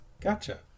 Gotcha